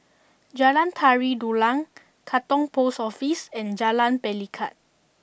Jalan Tari Dulang Katong Post Office and Jalan Pelikat